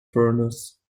furnace